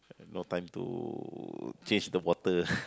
no time to change the water